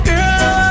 Girl